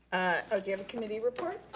oh, do you have a committee report?